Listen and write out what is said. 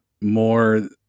more